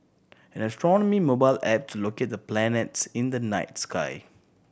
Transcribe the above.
an astronomy mobile app to locate the planets in the night sky